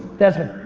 desmond,